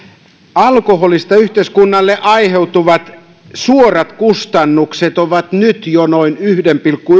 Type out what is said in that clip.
alkoholista yhteiskunnalle aiheutuvat suorat kustannukset ovat nyt jo noin yksi pilkku